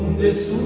this